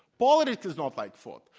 politics is not like food.